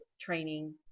training